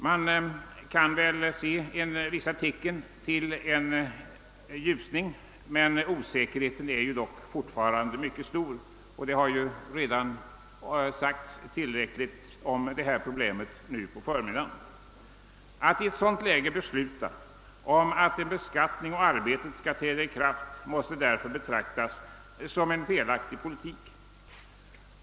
Man kan se vissa tecken till ljusning, men osäkerheten är fortfarande mycket stor. Det har redan sagts tillräckligt under förmiddagen om detta problem. Att i ett sådant läge besluta om att en beskattning på arbete skall träda i kraft måste därför betraktas som en felaktig politik.